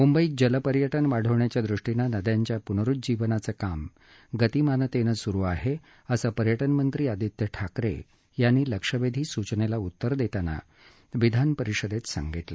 मुंबईत जलपर्यटन वाढवण्याच्या दृष्टीनं नद्यांच्या पुनरुज्जीवनाचं काम गतिमानतेनं सुरु आहे असं पर्यटन मंत्री आदित्य ठाकरे यांनी लक्षवेधी सूचनेला उत्तर देताना विधानपरिषदेत सांगितलं